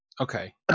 Okay